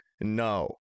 no